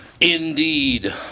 Indeed